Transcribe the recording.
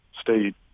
state